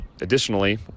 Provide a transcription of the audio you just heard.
additionally